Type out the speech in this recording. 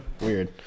weird